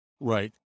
Right